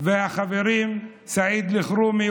והחברים סעיד אלחרומי,